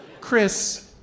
Chris